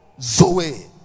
Zoe